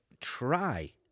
try